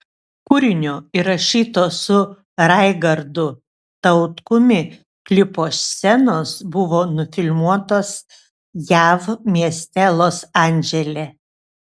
kūrinio įrašyto su raigardu tautkumi klipo scenos buvo nufilmuotos jav mieste los andžele